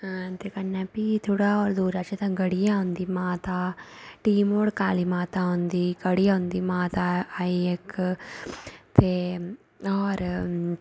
ते कन्नै फ्ही थोह्ड़ा होर दूर जाचै तां गढ़ियै औंदी माता टी मोड़ काली माता औंदी कड़ी औंदी माता आई इक्क ते होर